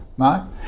No